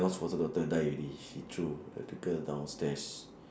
thanos foster daughter die already he threw the the girl downstairs